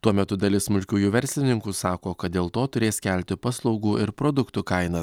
tuo metu dalis smulkiųjų verslininkų sako kad dėl to turės kelti paslaugų ir produktų kainas